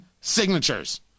signatures